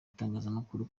itangazamakuru